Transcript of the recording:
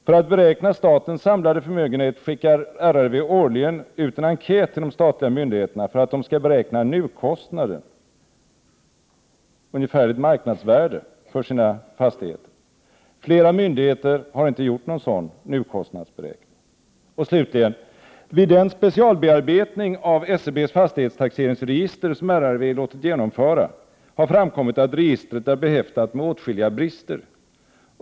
——— För att beräkna statens samlade förmögenhet skickar RRV årligen ut en enkät till de statliga myndigheterna för att de skall beräkna nukostnaden för bl.a. sina fastigheter. Flera myndigheter har inte gjort någon sådan nukostnadsberäkning. Vid den specialbearbetning av SCBs fastighetstaxeringsregister som RRV låtit genomföra har framkommit att registret är behäftat med åtskilliga brister.